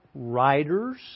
Writers